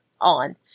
on